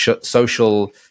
social